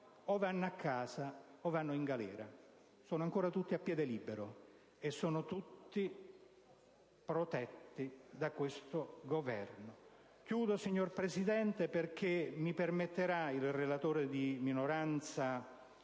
o vanno a casa o vanno in galera. Sono tutti ancora a piede libero e sono tutti protetti da questo Governo. In conclusione, signor Presidente, mi permetterà il relatore di minoranza,